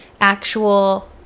actual